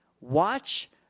watch